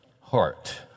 heart